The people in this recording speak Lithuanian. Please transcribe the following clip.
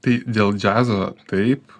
tai dėl džiazo taip